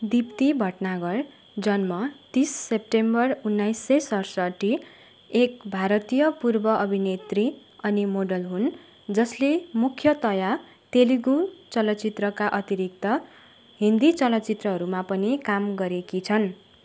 दिप्ती भटनागर जन्म तिस सेप्टेम्बर उन्नाइस सय सतसट्ठ एक भारतीय पूर्व अभिनेत्री अनि मोडल हुन् जसले मुख्यतया तेलुगु चलचित्रका अतिरिक्त हिन्दी चलचित्रहरूमा पनि काम गरेकी छन्